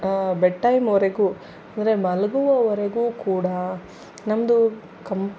bed ಟೈಮ್ವರೆಗೂ ಅಂದರೆ ಮಲಗುವವರೆಗೂ ಕೂಡ ನಮ್ಮದು ಕಂ